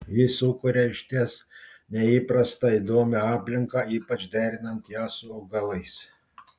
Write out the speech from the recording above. ji sukuria išties neįprastą įdomią aplinką ypač derinant ją su augalais